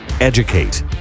Educate